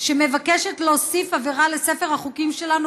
שמבקשת להוסיף עבירה לספר החוקים שלנו,